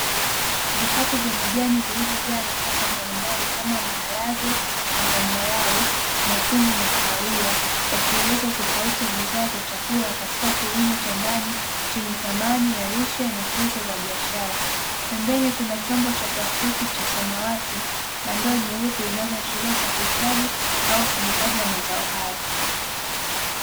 Vikapu vya majani vilivojaa nafaka mabalimbali kama maharage ya zambarau, nyekundu na kahawia, yakieleza utofauti wa bidhaa za chakula katika kilimo cha ndani chenye thamani ya lishe na fursa za biashara. Pembeni kuna chombo cha plastiki cha samawati na ndoo nyeupe zinazoashiria usafirishaji au usimikaji wa mazao haya.